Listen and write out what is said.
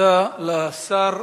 תודה רבה.